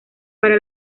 para